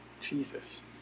Jesus